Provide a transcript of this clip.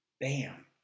bam